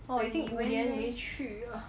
我已经五年没去了